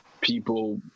people